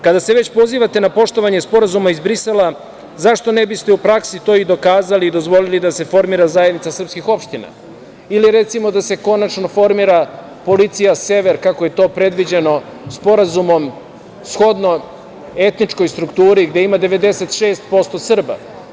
Kada se već pozivate na poštovanje Sporazuma iz Brisela, zašto ne biste u praksi to i dokazali, dozvolili da se formira Zajednica srpskih opština ili da se konačno formira policija sever kako je to predviđeno Sporazumom shodno etničkoj strukturi gde ima 96% Srba?